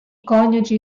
coniugi